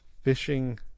Fishing